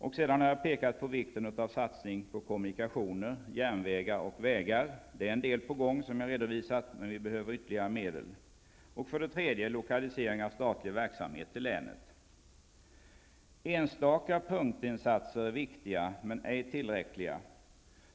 För det andra har jag pekat på vikten av en satsning på kommunikationer, järnvägar och vägar. Det är en del på gång, som jag har redovisat, men vi behöver ytterligare medel. För det tredje vill jag ha en lokalisering av statlig verksamhet till länet. Enstaka punktinsatser är viktiga men ej tillräckliga.